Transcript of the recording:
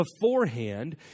beforehand